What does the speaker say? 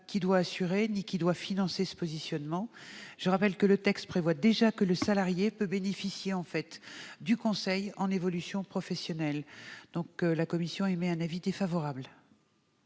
qui doit assurer ni qui doit financer ce positionnement. Je rappelle que le texte prévoit déjà que le salarié peut bénéficier du conseil en évolution professionnelle. Dans ces conditions, la commission émet un avis défavorable.